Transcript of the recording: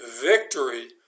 Victory